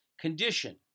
condition